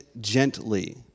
gently